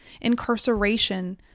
incarceration